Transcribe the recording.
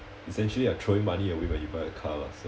essentially are throwing money away when you buy a car lah so